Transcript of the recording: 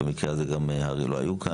במקרה הזה הר"י לא היו כאן,